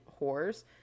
whores